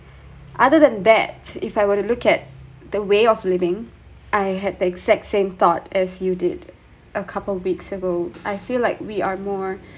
other than that if I were to look at the way of living I had the exact same thought as you did a couple weeks ago I feel like we are more